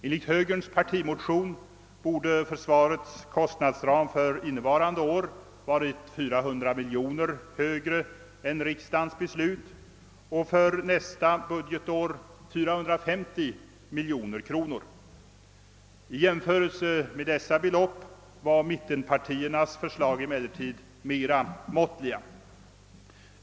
Enligt högerns partimotion borde försvarets kostnadsram för innevarande budgetår ha varit 400 miljoner kronor högre än riksdagens beslut innebar och för nästa budgetår 450 miljoner kronor högre. I jämförelse med dessa belopp var mittenpartiernas förslag emellertid mera måttliga.